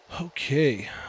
Okay